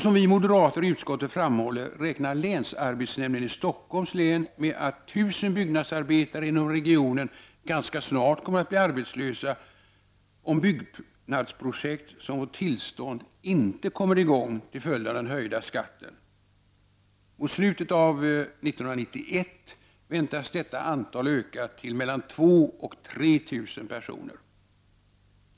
Som vi moderater i utskottet framhåller, räknar länsarbetsnämnden i Stockholms län med att 1 000 byggnadsarbetare inom regionen ganska snart kommer att bli arbetslösa om byggnadsprojekt som fått tillstånd inte kom mer i gång till följd av den höjda skatten. Mot slutet av 1991 väntas detta antal öka till mellan 2 000 och 3 000 personer.